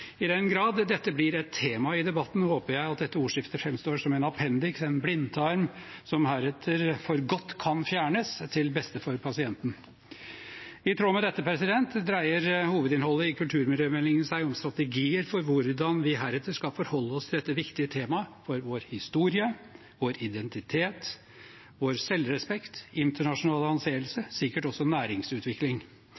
I den grad dette blir et tema i debatten, håper jeg dette ordskiftet framstår en appendiks, en blindtarm som heretter for godt kan fjernes til beste for pasienten. I tråd med dette dreier hovedinnholdet i kulturmiljømeldingen seg om strategier for hvordan vi heretter skal forholde oss til dette viktige temaet for vår historie, identitet, selvrespekt, internasjonale anseelse